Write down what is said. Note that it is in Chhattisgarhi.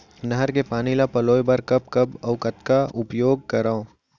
नहर के पानी ल पलोय बर कब कब अऊ कतका उपयोग करंव?